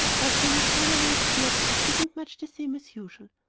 but when he finally appeared he seemed much the same as usual.